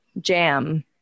Jam